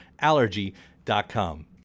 Allergy.com